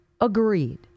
Agreed